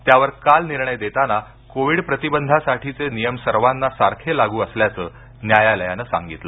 त्यावर काल निर्णय देताना कोविड प्रतिबंधासाठीचे नियम सर्वांना सारखे लागू असल्याचं न्यायालयानं सांगितलं